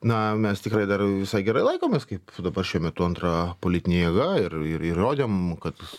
na mes tikrai dar visai gerai laikomės kaip dabar šiuo metu antra politinė jėga ir ir įrodėm kad